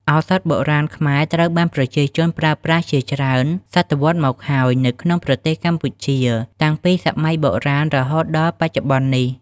ឱសថបុរាណខ្មែរ ត្រូវបានប្រជាជនប្រើប្រាស់ជាច្រើនសតវត្សមកហើយនៅក្នុងប្រទេសកម្ពុជា តាំងពីសម័យបុរាណ រហូតដល់បច្ចុប្បន្ននេះ។